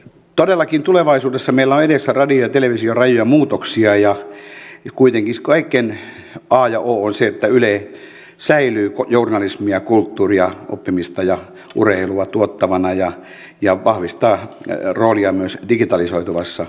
todellakin tulevaisuudessa meillä on edessä radion ja television rajuja muutoksia ja kuitenkin kaiken a ja o on se että yle säilyy journalismia kulttuuria oppimista ja urheilua tuottavana ja vahvistaa roolia myös digitalisoituvassa maailmassa